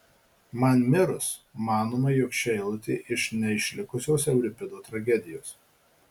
man mirus manoma jog ši eilutė iš neišlikusios euripido tragedijos